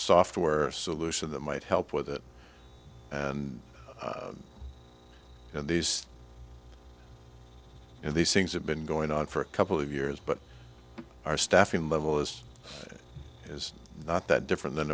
software solution that might help with it and in these in these things have been going on for a couple of years but our staffing level is is not that different than